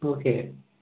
okay